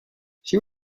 she